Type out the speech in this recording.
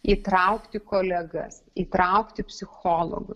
įtraukti kolegas įtraukti psichologų